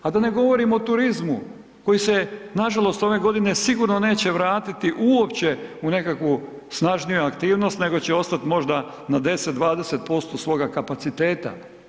A da ne govorim o turizmu koji se nažalost ove godine sigurno neće vratiti uopće u nekakvu snažniju aktivnost nego će ostat možda na 10, 20% svoga kapaciteta.